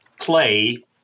play